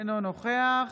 אינו נוכח